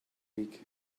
week